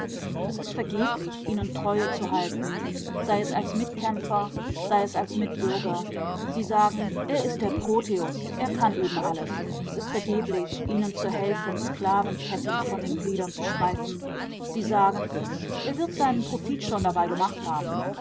es ist vergeblich ihnen treue zu halten sei es als mitkämpfer sei es als mitbürger sie sagen er ist der proteus er kann eben alles es ist vergeblich ihnen zu helfen sklavenketten von den gliedern zu streifen sie sagen er wird seinen profit schon dabei gemacht haben